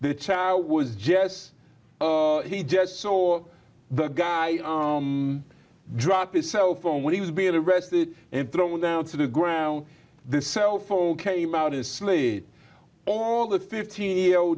the child was jess he just saw the guy drop his cell phone when he was being arrested and thrown down to the ground the cell phone came out as slowly all the fifteen year old